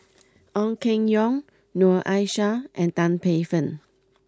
Ong Keng Yong Noor Aishah and Tan Paey Fern